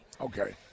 Okay